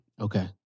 Okay